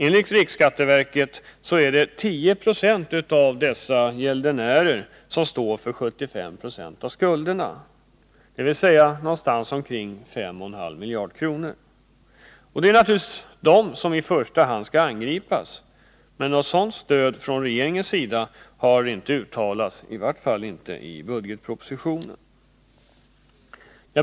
Enligt riksskatteverket är det 10 96 av dessa gäldenärer som står för 75 96 av skulderna, dvs. omkring 5 1/2 miljarder kronor. Det är naturligtvis de som i första hand skall angripas. Men något stöd härför har inte uttalats från regeringens sida, i varje fall inte i budgetpropositionen.